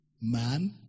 man